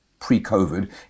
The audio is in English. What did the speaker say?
pre-COVID